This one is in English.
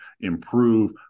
improve